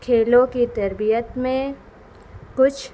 کھیلوں کی تربیت میں کچھ